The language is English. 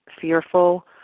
fearful